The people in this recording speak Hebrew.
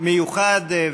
קצת מיוחד.